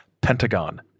Pentagon